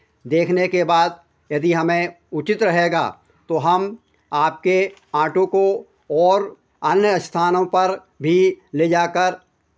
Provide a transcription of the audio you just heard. देखने के बाद यदि हमें उचित रहेगा तो हम आपके ऑटो को और अन्य स्थानों पर भी ले जाकर